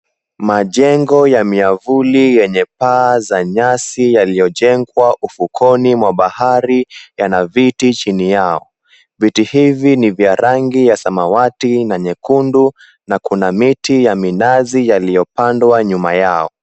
Majengo ya miavuli yenye paa za nyasi yaliyojengwa ufukoni mwa bahari yana viti chini yao. Viti hivi ni vya rangi ya samawati na nyekundu na kuna miti ya minazi yaliyopandwa nyuma yao.